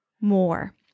more